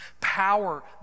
power